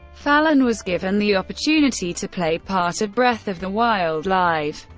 fallon was given the opportunity to play part of breath of the wild live.